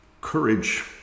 courage